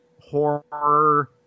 horror